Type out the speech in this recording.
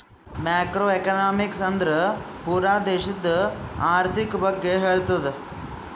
macro economics ಅಂದುರ್ ಪೂರಾ ದೇಶದು ಆರ್ಥಿಕ್ ಬಗ್ಗೆ ಹೇಳ್ತುದ